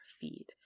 feed